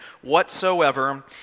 whatsoever